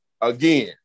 again